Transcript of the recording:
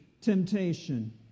temptation